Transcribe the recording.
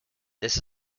this